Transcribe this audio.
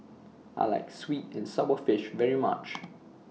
I like Sweet and Sour Fish very much